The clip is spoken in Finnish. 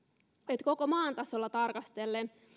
että koko maan tasolla tarkastellen